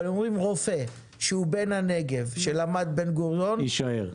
אומרים שרופא שהוא בן הנגב ולמד בבן-גוריון 99% שיישאר.